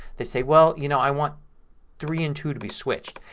they say, well you know i want three and two to be switched.